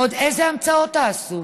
ועוד איזה המצאות תעשו?